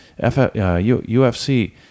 UFC